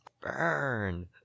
Burn